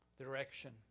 Direction